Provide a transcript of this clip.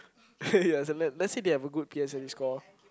yeah let's let's say they have a good P_S_L_E score